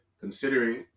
considering